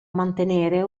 mantenere